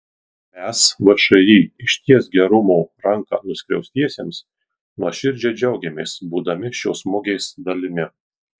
mes všį ištiesk gerumo ranką nuskriaustiesiems nuoširdžiai džiaugiamės būdami šios mugės dalimi